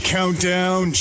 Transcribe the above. Countdown